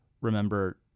remember